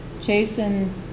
Jason